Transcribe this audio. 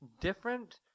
different